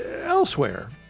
elsewhere